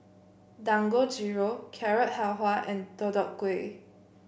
Dangojiru Carrot Halwa and Deodeok Gui